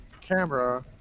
camera